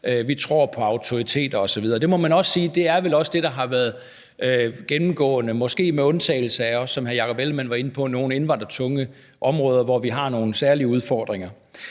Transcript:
og tror på autoriteter osv. Det må man også sige vel er det, der har været gennemgående, måske med undtagelse af det, som hr. Jakob Ellemann-Jensen var inde på, nemlig nogle indvandrertunge områder, hvor vi har nogle særlige udfordringer.